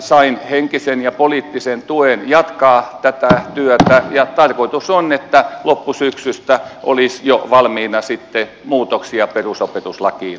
sain henkisen ja poliittisen tuen jatkaa tätä työtä ja tarkoitus on että loppusyksystä olisi jo sitten valmiina muutoksia perusopetuslakiin